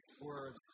words